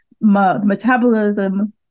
metabolism